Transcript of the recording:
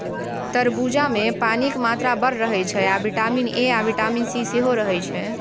तरबुजामे पानिक मात्रा बड़ रहय छै आ बिटामिन ए आ बिटामिन सी सेहो रहय छै